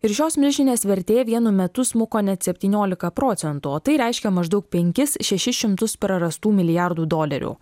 ir šios milžinės vertė vienu metu smuko net septyniolika procentų o tai reiškia maždaug penkis šešis šimtus prarastų milijardų dolerių